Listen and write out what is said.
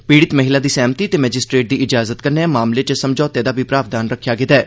पीड़ित महिला दी सैह्मति ते मैजिस्ट्रेट दी इजाजत कन्नै मामले च समझौते दा बी प्रावधान रक्खेआ गेआ ऐ